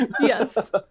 Yes